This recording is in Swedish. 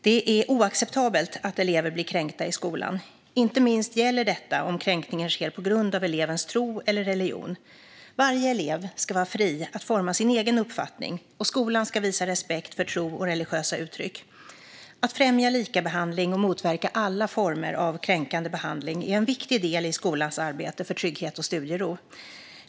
Det är oacceptabelt att elever blir kränkta i skolan. Inte minst gäller detta om kränkningen sker på grund av elevens tro eller religion. Varje elev ska vara fri att forma sin egen uppfattning, och skolan ska visa respekt för tro och religiösa uttryck. Att främja likabehandling och motverka alla former av kränkande behandling är en viktig del i skolans arbete för trygghet och studiero.